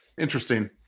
interesting